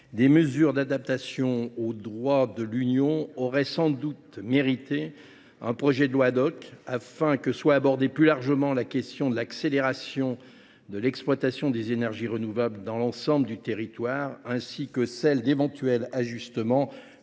les mesures d’adaptation au droit de l’Union européenne auraient sans doute mérité un projet de loi, afin que soit abordée plus largement la question de l’accélération de l’exploitation des énergies renouvelables sur l’ensemble du territoire, ainsi que celle d’éventuels ajustements